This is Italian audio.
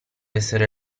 essere